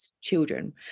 children